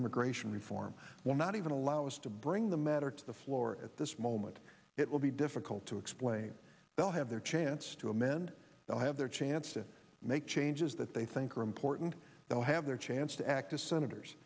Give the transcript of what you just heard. immigration reform will not even allow us to bring the matter to the floor at this moment it will be difficult to explain they'll have their chance to amend they'll have their chance to make changes that they think are important they will have their chance to act to senators